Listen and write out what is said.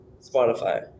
Spotify